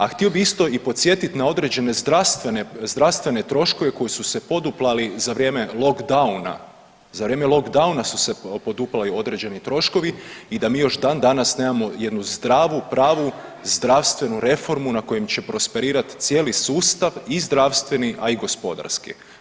A htio bih isto i podsjetiti na određene zdravstvene troškove koji su se poduplali za vrijeme lockdowna, za vrijeme lockdowna su se poduplali određeni troškovi i da mi još dan danas nemamo jednu zdravu, pravu zdravstvenu reformu na kojoj će prosperirati cijeli sustav i zdravstveni a i gospodarski.